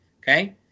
okay